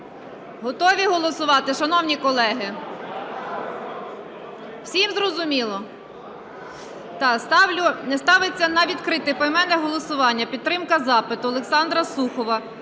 Готові голосувати, шановні колеги? Всім зрозуміло? Так, ставиться на відкрите поіменне голосування підтримка запиту Олександра Сухова